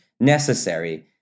Necessary